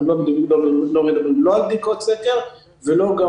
אנחנו לא מדברים על בדיקות סקר או על